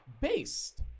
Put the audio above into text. Based